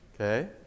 Okay